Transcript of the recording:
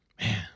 man